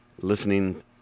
listening